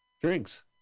drinks